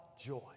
joy